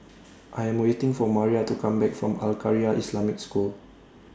I Am waiting For Maria to Come Back from Al Khairiah Islamic School